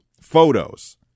Photos